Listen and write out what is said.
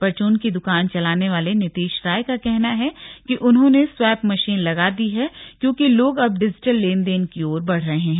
परचून की दुकान चलाने वाले नितीश राय का कहना है उन्होंने स्वैप मशीन लगा दी है क्योंकि लोग अब डिजिटल लेन देन की ओर बढ़ रहे हैं